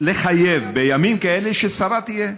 לחייב שבימים כאלה שרה תהיה,